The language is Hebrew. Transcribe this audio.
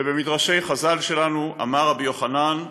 ובמדרשי חז"ל שלנו אמר רבי יוחנן: